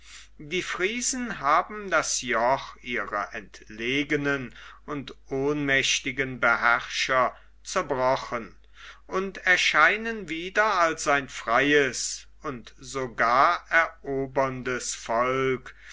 die friesen haben das joch ihrer entlegenen und ohnmächtigen beherrscher zerbrochen und erscheinen wieder als ein freies und sogar eroberndes volk